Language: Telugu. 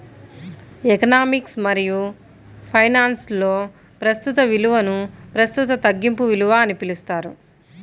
ఎకనామిక్స్ మరియుఫైనాన్స్లో, ప్రస్తుత విలువనుప్రస్తుత తగ్గింపు విలువ అని పిలుస్తారు